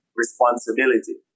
responsibility